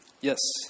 Yes